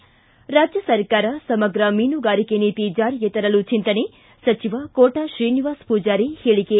ಿ ರಾಜ್ಯ ಸರ್ಕಾರ ಸಮಗ್ರ ಮೀನುಗಾರಿಕೆ ನೀತಿ ಜಾರಿಗೆ ತರಲು ಚಿಂತನೆ ಸಚಿವ ಕೋಟ ಶ್ರೀನಿವಾಸ ಪೂಜಾರಿ ಹೇಳಿಕೆ